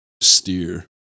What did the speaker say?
steer